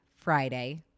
Friday